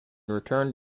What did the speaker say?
returned